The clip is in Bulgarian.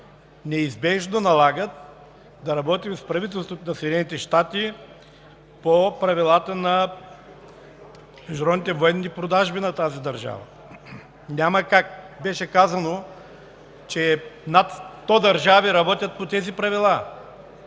неизбежно налага да работим с правителството на Съединените щати по правилата на международните военни продажби на тази държава, няма как. Казано бе, че над 100 държави работят по тези правила